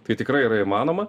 tai tikrai yra įmanoma